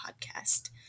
podcast